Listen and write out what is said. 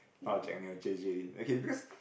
no Jack-Neo J_J-Lin okay because